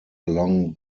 along